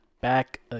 back